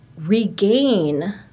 regain